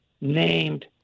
named